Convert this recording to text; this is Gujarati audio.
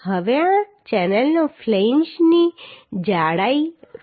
હવે આ ચેનલના ફ્લેંજની જાડાઈ 14